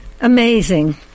Amazing